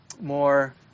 more